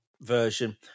version